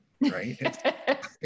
Right